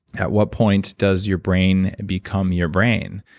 at what point does your brain become your brain?